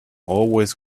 always